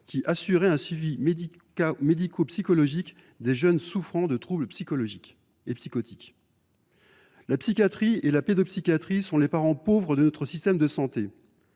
qui assurait un suivi médico psychologique de jeunes souffrant de troubles psychologiques et psychotiques. La psychiatrie et la pédopsychiatre sont les parents pauvres de notre système de santé.